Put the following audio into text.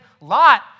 Lot